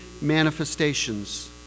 Manifestations